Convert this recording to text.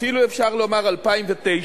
אפילו אפשר לומר 2009,